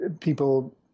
People